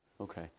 Okay